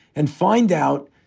and find out,